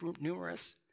numerous